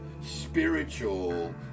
spiritual